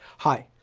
hi!